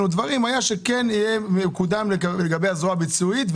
ודברים נאמר שכן יקודם תהליך לגבי מעבר לזרוע ביצועית.